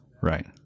right